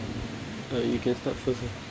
uh you can start first lah